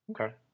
Okay